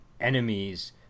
enemies